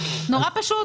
נורא פשוט.